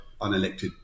unelected